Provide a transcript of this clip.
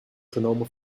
genomen